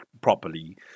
properly